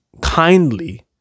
kindly